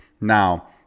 Now